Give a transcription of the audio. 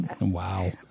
Wow